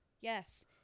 Yes